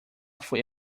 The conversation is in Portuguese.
foi